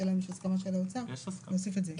השאלה אם יש הסכמה של האוצר להוסיף את זה.